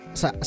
sa